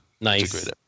Nice